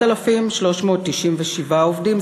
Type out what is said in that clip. ל-7,397 עובדים.